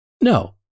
No